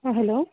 hello